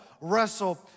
wrestle